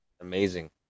Amazing